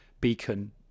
beacon